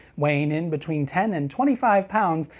weighing in between ten and twenty five pounds,